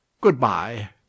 Good-bye